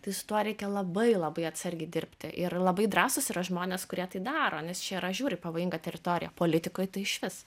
tai su tuo reikia labai labai atsargiai dirbti ir labai drąsūs yra žmonės kurie tai daro nes čia yra žiauriai pavojinga teritorija politikoj tai išvis